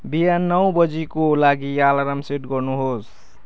बिहान नौ बजाीको लागि आलारम सेट गर्नुहोस्